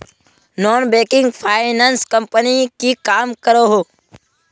Non banking finance company की काम करोहो?